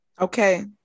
Okay